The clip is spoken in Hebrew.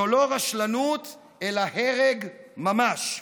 זו לא רשלנות אלא הרג ממש.